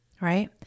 right